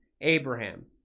abraham